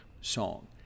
song